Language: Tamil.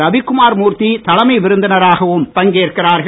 ரவிக்குமார் மூர்த்தி தலைமை விருந்தினராகவும் பங்கேற்கிறார்கள்